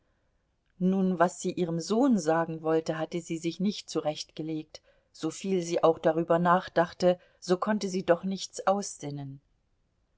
nur was sie ihrem sohn sagen wollte hatte sie sich nicht zurechtgelegt soviel sie auch darüber nachdachte so konnte sie doch nichts aussinnen